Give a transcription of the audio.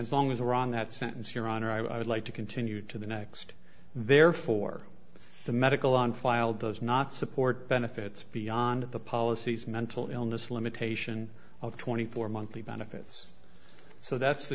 as long as iran that sentence your honor i would like to continue to the next therefore the medical on file does not support benefits beyond the policies mental illness limitation of twenty four monthly benefits so that's the